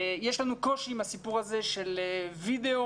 יש לנו קושי עם הסיפור הזה של וידאו